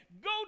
Go